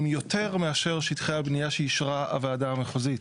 הם יותר מאשר שטחי הבניה שאישרה הוועדה המחוזית.